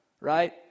right